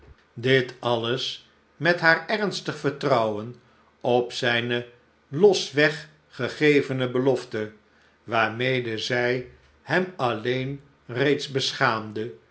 dit alles met haar ernstig vertrouwen op zijne losweg gegevene belofte waarmede zij hem alleen reeds beschaamde